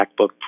MacBook